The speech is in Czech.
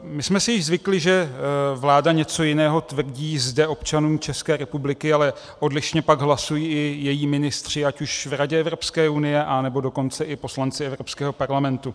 My jsme si již zvykli, že vláda něco jiného tvrdí zde občanům České republiky, ale odlišně pak hlasují i její ministři, ať už v Radě Evropské unie, anebo dokonce i poslanci Evropského parlamentu.